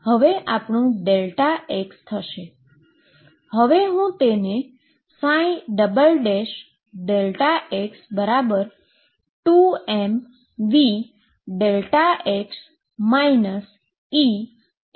હવે હું તેને Δx2mVΔx EψΔx લખી શકુ છું